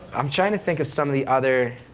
i'm trying to think of some of the other.